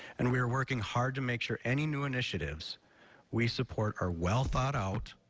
and we're working hard to make sure any new initiatives we support are well thought out,